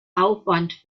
aufwand